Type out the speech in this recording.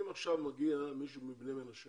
אם עכשיו מגיע מישהו מבני מנשה